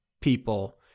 people